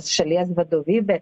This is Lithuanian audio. šalies vadovybė